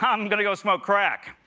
um i'm going to go smoke crack.